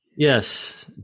Yes